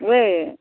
वे